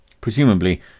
presumably